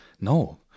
No